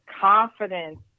confidence